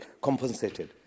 compensated